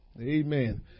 Amen